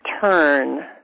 turn